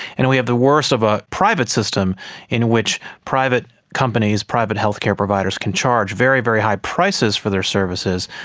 and we have the worst of a private system in which private companies, private healthcare providers can charge very, very high prices for their services,